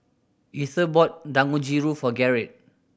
Ether bought Dangojiru for Gerrit